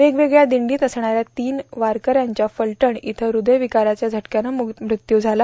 वेगवेगळ्या दिंडीत असणाऱ्या तीन वारकऱ्यांचा फलटण इथं हृदयविकाराच्या झटक्यानं मृत्यु झाला